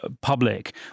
public